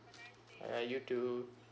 uh ya you too